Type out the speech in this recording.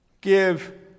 give